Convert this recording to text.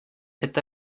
est